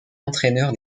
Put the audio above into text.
entraîneur